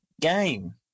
game